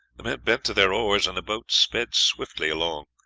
the men bent to their oars, and the boat sped swiftly along.